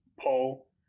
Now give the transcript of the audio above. Paul